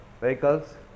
vehicles